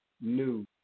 new